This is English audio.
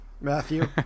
Matthew